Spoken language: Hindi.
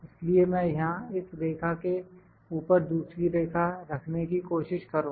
इसलिए मैं यहां इस रेखा के ऊपर दूसरी रेखा रखने की कोशिश करूँगा